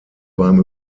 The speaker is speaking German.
beim